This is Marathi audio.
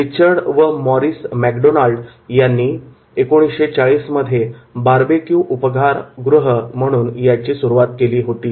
रीचर्ड व मॉरीस मॅकडोनाल्ड यांनी 1940 मध्ये बार्बेक्यू उपहारगृह म्हणून याची सुरुवात केली होती